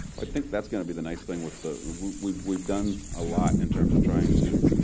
i think that's going to be the nice thing with the we've we've done a lot in terms of trying to